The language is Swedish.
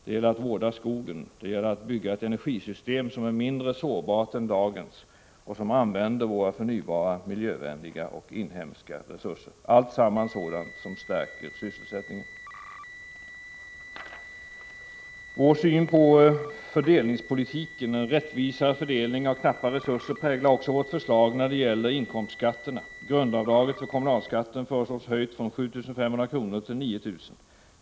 Det gäller att vårda skogen, det gäller att bygga ett energisystem som är mindre sårbart än dagens och som använder våra förnybara, miljövänliga och inhemska resurser — alltsammans sådant som stärker sysselsättningen. Vår syn på fördelningspolitiken — en rättvisare fördelning av knappa resurser — präglar också vårt förslag när det gäller inkomstskatterna: Grundavdraget för kommunalskatten föreslås höjt från 7 500 kr. till 9 000 kr.